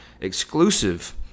exclusive